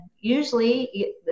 usually